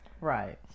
Right